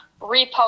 repost